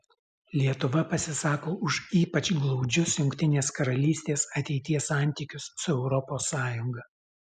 lietuva pasisako už ypač glaudžius jungtinės karalystės ateities santykius su europos sąjunga